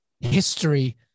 history